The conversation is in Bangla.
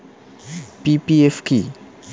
পি.পি.এফ কি?